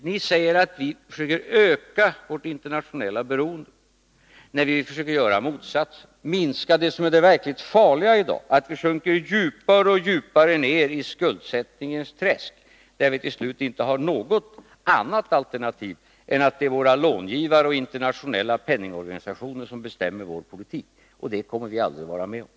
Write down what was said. Ni säger att vi försöker öka vårt internationella beroende, när vi försöker göra motsatsen och minska det som är det verkligt farliga i dag, nämligen att vi sjunker djupare och djupare ner i skuldsättningens träsk, där vi till slut inte har något annat alternativ än att det är våra långivare och internationella penningorganisationer som bestämmer vår politik. Det kommer vi aldrig att vara med på.